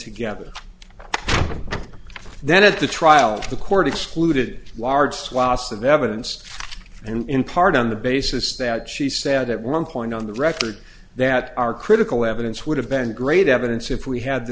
together then at the trial of the court excluded large swaths of evidence and in part on the basis that she said at one point on the record that our critical evidence would have been great evidence if we had the